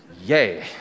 Yay